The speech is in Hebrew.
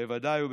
בוודאי ובוודאי,